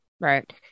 Right